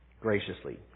Graciously